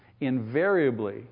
Invariably